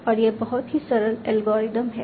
और यह बहुत ही सरल एल्गोरिथम है